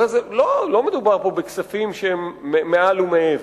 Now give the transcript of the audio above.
הרי לא מדובר פה בכספים שהם מעל ומעבר.